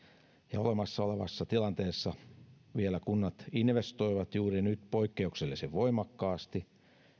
ja olemassa olevassa tilanteessa kunnat vielä investoivat juuri nyt poikkeuksellisen voimakkaasti